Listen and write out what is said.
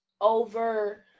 over